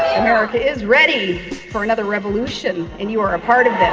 america is ready for another revolution and you are a part of this.